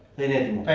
and it